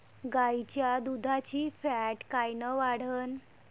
गाईच्या दुधाची फॅट कायन वाढन?